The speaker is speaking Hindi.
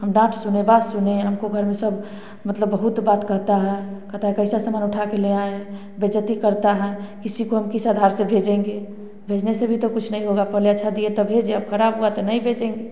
हम डांट सूने बात सूने हमको घर में सब मतलब बहुत बात करता है कहता है कईसा समान उठा के ले आए बेइज्जती करता है किसी को हम किस आधार से भेजेंगे भेजने से भी तो कुछ नहीं होगा पहले अच्छा दिए तब भेजे अब खराब हुआ तो नहीं भेजेंगे